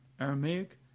Aramaic